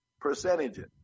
percentages